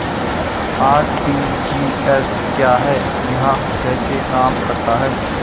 RTGS क्या है यह कैसे काम करता है?